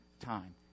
time